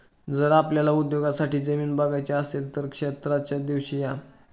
जर आपल्याला उद्योगासाठी जमीन बघायची असेल तर क्षेत्राच्या दिवशी या